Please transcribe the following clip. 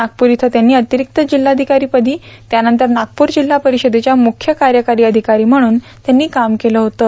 नागपूर इथं त्यांनी अतिरिक्त जिल्हाधिकारी पदी त्यानंतर नागपूर जिल्हा परिषदेच्या मुख्य कार्यकारी अधिकारी म्हणून त्यांनी काम केलं होतं